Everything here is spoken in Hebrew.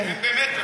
הם באמת,